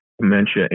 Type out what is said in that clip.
dementia